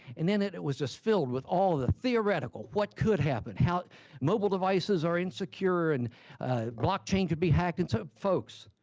and then it it was filled with all the theoretical, what could happen, how mobile devices are insecure, and blockchain could be hacked and so folks.